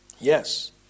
yes